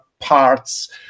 parts